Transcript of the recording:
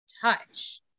touch